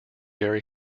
very